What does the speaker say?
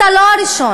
אתה לא הראשון.